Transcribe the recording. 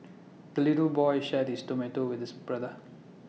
the little boy shared his tomato with his brother